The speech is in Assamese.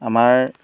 আমাৰ